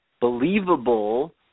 believable